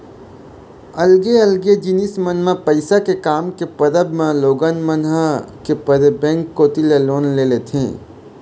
अलगे अलगे जिनिस मन म पइसा के काम के परब म लोगन मन ह के परे बेंक कोती ले लोन लेथे ही